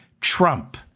Trump